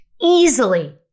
easily